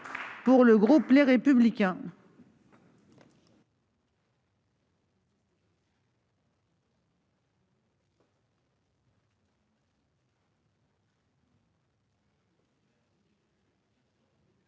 le groupe Les Républicains